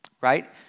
Right